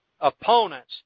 opponents